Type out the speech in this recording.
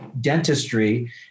dentistry